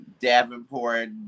Davenport